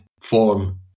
form